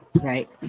right